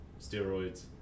steroids